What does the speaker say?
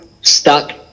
stuck